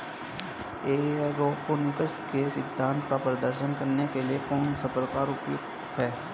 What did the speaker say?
Aeroponics के सिद्धांत का प्रदर्शन करने के लिए कौन सा प्रकार उपयुक्त है?